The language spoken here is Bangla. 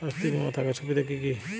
স্বাস্থ্য বিমা থাকার সুবিধা কী কী?